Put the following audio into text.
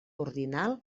ordinal